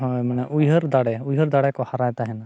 ᱦᱳᱭ ᱢᱟᱱᱮ ᱩᱭᱦᱟᱹᱨ ᱫᱟᱲᱮ ᱩᱭᱦᱟᱹᱨ ᱫᱟᱲᱮ ᱠᱚ ᱦᱟᱨᱟᱭ ᱛᱟᱦᱮᱱᱟ